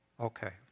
Okay